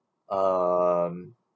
um